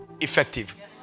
effective